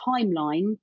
timeline